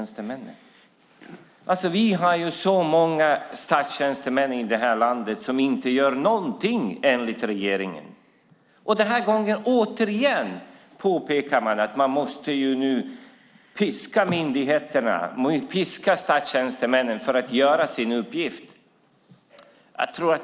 Vi har så många statstjänstemän i det här landet som inte gör någonting enligt regeringen! Den här gången påpekar man återigen att man måste piska myndigheterna och statstjänstemännen för att de ska göra sin uppgift.